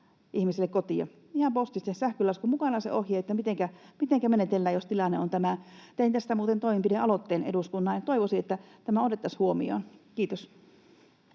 ihmisille kotiin ihan postitse se ohje, mitenkä menetellään, jos tilanne on tämä? Tein tästä muuten toimenpidealoitteen eduskunnalle. Toivoisin, että tämä otettaisiin huomioon. — Kiitos.